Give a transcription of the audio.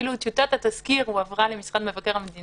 אפילו טיוטת התזכיר הועברה למשרד מבקר המדינה.